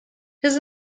his